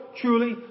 truly